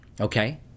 Okay